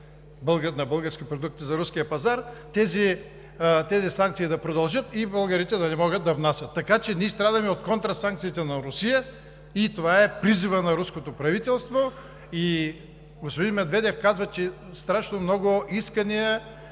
на български продукти за руския пазар, тези санкции да продължат и българите да не могат да внасят, така че ние страдаме от контрасанкциите на Русия и това е призивът на руското правителство. Господин Медведев казва, че има страшно много искания